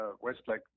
westlake